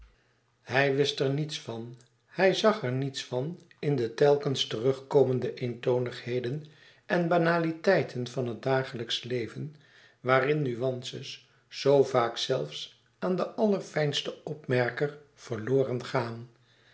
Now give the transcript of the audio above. hij wist er niets van hij zag er niets van in de telkens terugkomende eentonigheden en banaliteiten van het dagelijksch leven waarin nuances zoo vaak zelfs aan den allerfijnsten opmerker verloren gaan